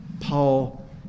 Paul